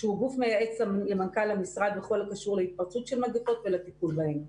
שהוא גוף מייעץ למנכ"ל המשרד בכל הקשור להתפרצות של מגפות ולטיפול בהן.